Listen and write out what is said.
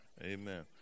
Amen